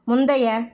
முந்தைய